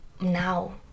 now